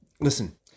Listen